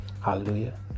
Hallelujah